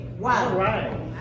Wow